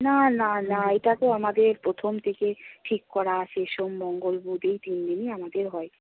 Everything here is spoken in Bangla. না না না এটা তো আমাদের প্রথম থেকেই ঠিক করা আছে সোম মঙ্গল বুধ এই তিন দিনই আমাদের হয়